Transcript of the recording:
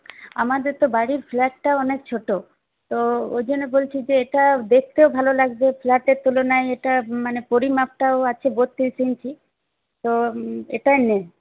আমাদের তো বাড়ির ফ্ল্যাটটাও অনেক ছোট তো ওই জন্যে বলছি যে এটা দেখতেও ভালো লাগবে ফ্ল্যাটের তুলনায় এটা মানে পরিমাপটাও আছে বত্রিশ ইঞ্চি তো এটাই নে